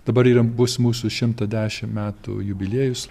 dabar yra bus mūsų šimto dešim metų jubiliejus